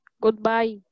Goodbye